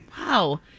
wow